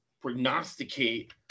prognosticate